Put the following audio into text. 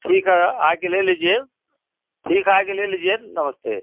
ठीक यही आए के ले लीजिए ठीक है आए के ले लीजिए नमस्ते